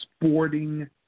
sporting